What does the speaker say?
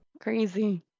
crazy